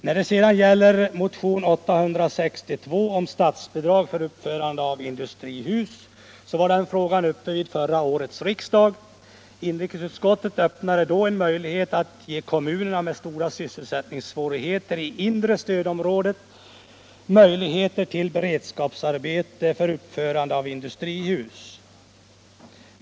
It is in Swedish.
Den fråga som tas upp i motionen 862, statsbidrag för uppförande av industrihus, behandlades också vid förra årets riksdag. Inrikesutskottet öppnade då en möjlighet att ge kommuner i inre stödområdet med stora sysselsättningssvårigheter, beredskapsarbeten för uppförande av industrihus.